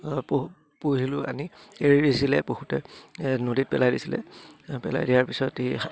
পুহিলোঁ আনি এৰি দিছিলে বহুতে নদীত পেলাই দিছিলে পেলাই দিয়াৰ পিছত এই